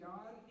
God